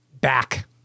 back